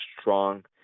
strong